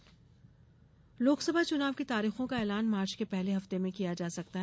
चुनाव तारीख लोकसभा चुनाव की तारीखों का ऐलान मार्च के पहले हफ्ते में किया जा सकता है